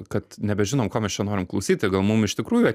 kad nebežinom ko mes čia norim klausyti gal mum iš tikrųjų